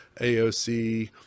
AOC